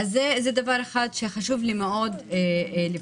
זה דבר אחד שחשוב לי לבקש.